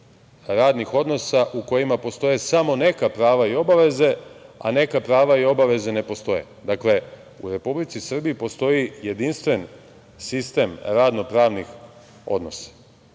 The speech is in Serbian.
radnih odnosa u kojima postoje samo neka prava i obaveze, a neka prava i obaveze ne postoje. Dakle, u Republici Srbiji postoji jedinstven sistem radno-pravnih odnosa